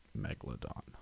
Megalodon